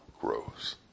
grows